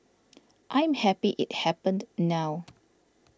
I am happy it happened now